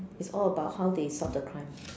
it's all about how they solve the crime